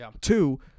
two